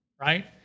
right